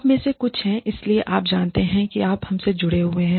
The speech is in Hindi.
आप में से कुछ हैं इसलिए आप जानते हैं आप हमसे जुड़े हुए हैं